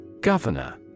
Governor